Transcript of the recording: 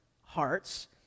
hearts